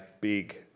big